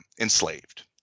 enslaved